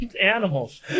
animals